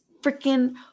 freaking